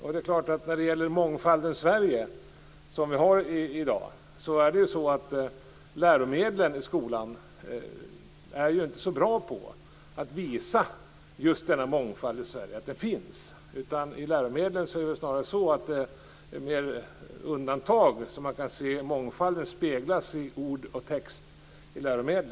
I dag har vi en mångfald i Sverige, men läromedlen i skolan är inte så bra på att visa att en sådan mångfald finns. I läromedlen kan man bara undantagsvis se mångfalden speglas i ord och bild.